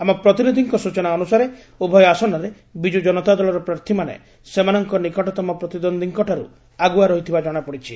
ଆମ ପ୍ରତିନିଧିଙ୍କ ସ୍ଚନା ଅନୁସାରେ ଉଭୟ ଆସନରେ ବିକୁ ଜନତା ଦଳର ପ୍ରାର୍ଥୀମାନେ ସେମାନଙ୍ଙ ନିକଟତମ ପ୍ରତିଦ୍ୱନ୍ଦୀଙ୍କ ଠାରୁ ଆଗୁଆ ରହିଥିବା ଜଣାପଡିଛି